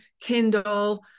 Kindle